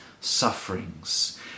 sufferings